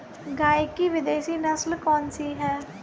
गाय की विदेशी नस्ल कौन सी है?